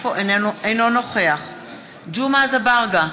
אינו נוכח ג'מעה אזברגה,